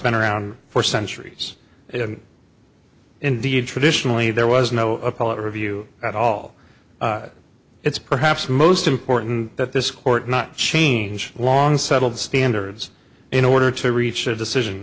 been around for centuries if indeed traditionally there was no apology review at all it's perhaps most important that this court not change long settled standards in order to reach a decision